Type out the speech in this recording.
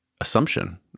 assumption